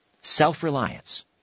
Self-reliance